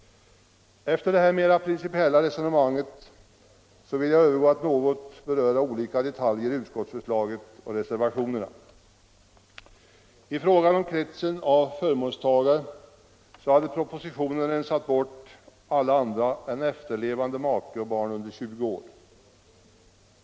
Efter det här mera principiella resonemanget vill jag övergå till att något beröra olika detaljer i utskottsförslaget och reservationerna. I fråga om kretsen av förmånstagare hade propositionen rensat bort alla andra än efterlevande make och barn under 20 år.